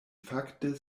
fakte